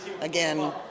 again